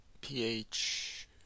pH